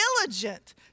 diligent